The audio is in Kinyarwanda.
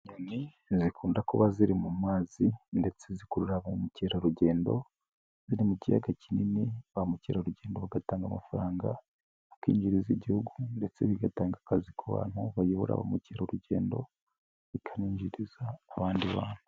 Inyini zikunda kuba ziri mu mazi ndetse zikurura ba mukerarugendo ziri mu kiyaga kinini, ba mukerarugendo bagatanga amafaranga bikinjiriza igihugu ndetse bigatanga akazi ku bantu bayobora bamukerarugendo bikaninjiriza abandi bantu.